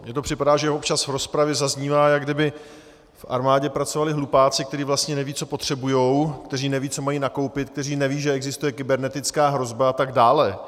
Mně to připadá, že občas v rozpravě zaznívá, jako kdyby v armádě pracovali hlupáci, kteří vlastně nevědí, co potřebují, kteří nevědí, co mají nakoupit, kteří nevědí, že existuje kybernetická hrozba atd.